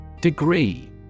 Degree